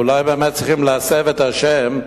אולי, באמת צריך להסב את השם,